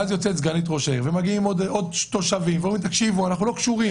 ואז יוצאת סגנית ראש העיר ועוד אנשים ואומרים לנו אנחנו לא קשורים.